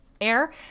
air